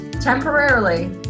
temporarily